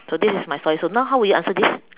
so this is my story so now how will you answer this